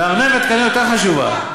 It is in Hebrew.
והארנבת כנראה יותר חשובה.